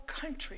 country